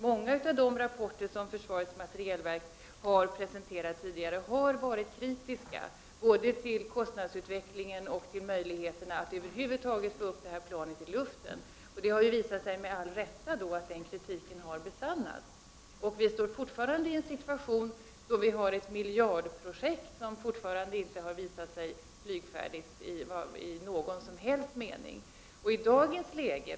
Många av de rapporter som försvarets materielverk tidigare har presenterat har varit kritiska både till kostnadsutvecklingen och till möjligheterna att över huvud taget få upp det här planet i luften. Det har visat sig med all tydlighet att den kritiken haft fog för sig. Vi befinner oss fortfarande i den situationen att vi har ett miljardprojekt, ett plan som inte visat sig vara flygfärdigt i någon som helst mening.